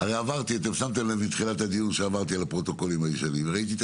כשעברתי על פרוטוקולים ישנים ראיתי את